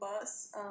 bus